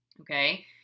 okay